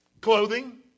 clothing